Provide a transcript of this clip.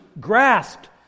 grasped